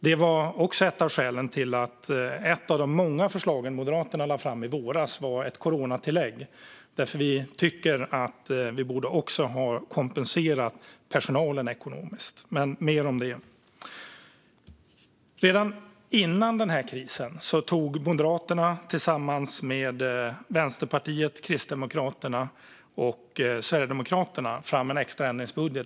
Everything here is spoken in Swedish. Det var ett av skälen till att ett av de många förslag som Moderaterna lade fram i våras var ett coronatillägg, för vi tyckte att personalen borde ha kompenserats ekonomiskt. Men mer om det sedan. Redan före krisen tog Moderaterna, tillsammans med Vänsterpartiet, Kristdemokraterna och Sverigedemokraterna, fram en extra ändringsbudget.